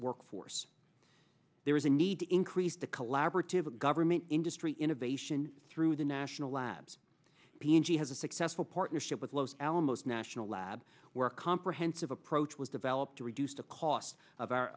workforce there is a need to increase the collaborative of government industry innovation through the national labs p and g has a successful partnership with los alamos national lab where a comprehensive approach was developed to reduce the cost of our